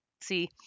See